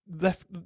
left